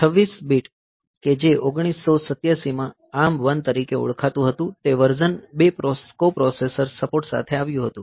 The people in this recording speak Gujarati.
26 બીટ કે જે 1987માં ARM 1 તરીકે ઓળખાતું હતું તે વર્ઝન 2 કોપ્રોસેસર સપોર્ટ સાથે આવ્યું હતું